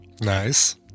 Nice